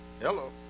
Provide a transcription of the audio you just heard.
Hello